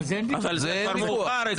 זה כבר מאוחר.